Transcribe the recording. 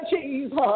Jesus